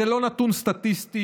זה לא נתון סטטיסטי,